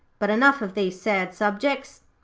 but enough of these sad subjects.